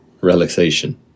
relaxation